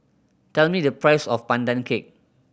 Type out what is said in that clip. tell me the price of Pandan Cake